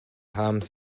harms